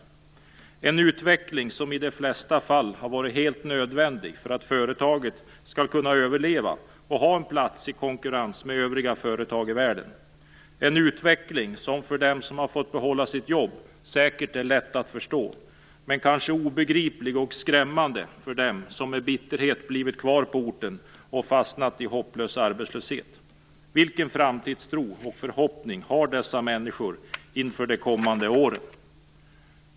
Det är en utveckling som i de flesta fall har varit helt nödvändig för att företaget skall kunna överleva och ha en plats i konkurrens med övriga företag i världen. Det är en utveckling som för dem som har fått behålla sitt jobb säkert är lätt att förstå. Men den kanske är obegriplig och skrämmande för dem som med bitterhet blivit kvar på orten och fastnat i hopplös arbetslöshet. Vilken framtidstro och förhoppning har dessa människor inför de kommande åren?